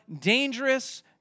dangerous